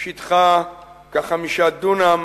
שטחה כ-5 דונם.